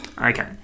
Okay